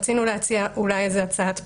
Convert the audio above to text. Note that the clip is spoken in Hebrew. ורצינו להציע הצעת פשרה.